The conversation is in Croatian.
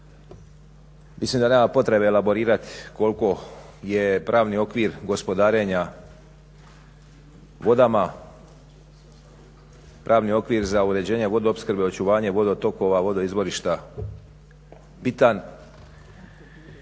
Mislim da nema potrebe elaborirat koliko je pravni okvir gospodarenja vodama. Pravni okvir za uređenje vodoopskrbe, očuvanje vodotokova, vodo izvorišta bitan.